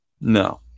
No